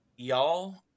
Y'all